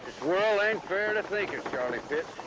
world ain't fair to pitts.